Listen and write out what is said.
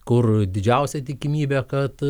kur didžiausia tikimybė kad